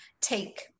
take